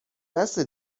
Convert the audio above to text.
بسه